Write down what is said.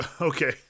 Okay